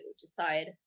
decide